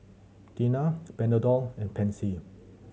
Tena Panadol and Pansy